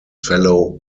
fellow